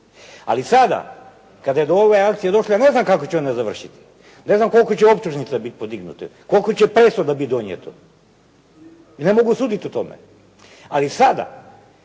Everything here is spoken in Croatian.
Ali sada kada je do ove akcije došlo, ja ne znam kako će ona završiti, ne znam koliko će optužnica biti podignuto, koliko će presuda biti donijeto i ne mogu suditi o tome. Ali sada